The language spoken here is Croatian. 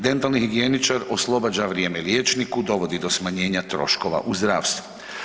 Dentalni higijeničar oslobađa vrijeme liječniku, dovodi do smanjenja troškova u zdravstvu.